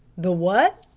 the what?